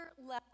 level